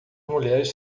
mulheres